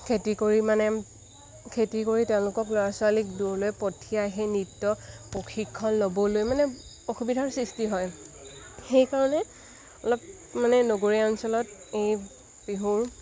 খেতি কৰি মানে খেতি কৰি তেওঁলোকক ল'ৰা ছোৱালীক দূৰলৈ পঠিয়াই সেই নৃত্য প্ৰশিক্ষণ ল'বলৈ মানে অসুবিধাৰ সৃষ্টি হয় সেইকাৰণে অলপ মানে নগৰীয়া অঞ্চলত এই বিহুৰ